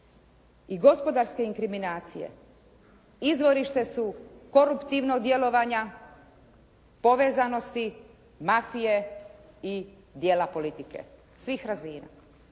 i gospodarske inkriminacije izvorište su koruptivnog djelovanja povezanosti mafije i dijela politike svih razina.